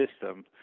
system